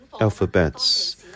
alphabets